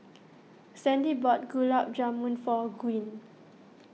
Sandie bought Gulab Jamun for Gwyn